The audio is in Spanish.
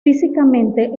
físicamente